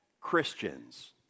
Christians